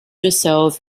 yourself